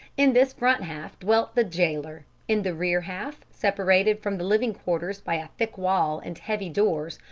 in this front half dwelt the jailer in the rear half, separated from the living quarters by a thick wall and heavy doors,